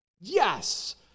Yes